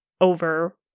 over